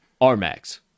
R-Max